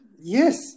yes